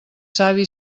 savi